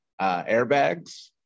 airbags